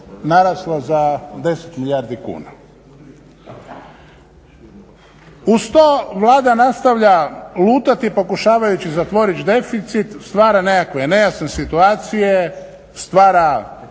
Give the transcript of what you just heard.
narasla za 10 milijardi kuna. Uz to Vlada nastavlja lutati pokušavajući zatvoriti deficit, stvara nekakve nejasne situacije, stvara